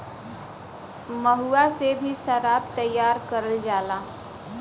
महुआ से भी सराब तैयार करल जाला